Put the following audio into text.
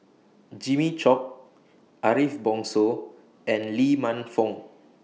Jimmy Chok Ariff Bongso and Lee Man Fong